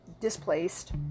displaced